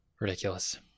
ridiculous